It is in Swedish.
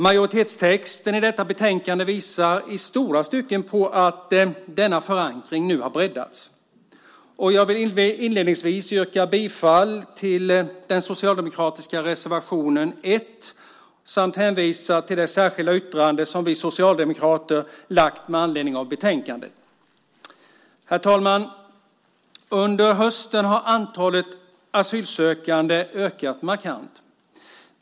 Majoritetstexten i detta betänkande visar i stora stycken på att denna förankring nu har breddats, och jag vill inledningsvis yrka bifall till den socialdemokratiska reservationen 1 samt hänvisa till det särskilda yttrande som vi socialdemokrater lagt med anledning av betänkandet. Herr talman! Under hösten har antalet asylsökande ökat markant.